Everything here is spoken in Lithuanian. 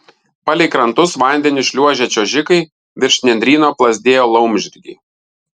palei krantus vandeniu šliuožė čiuožikai virš nendryno plazdėjo laumžirgiai